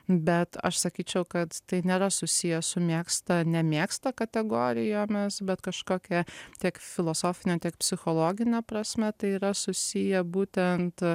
bet aš sakyčiau kad tai nėra susiję su mėgsta nemėgsta kategorijomis bet kažkokia tiek filosofine tiek psichologine prasme tai yra susiję būtent